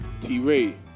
T-Ray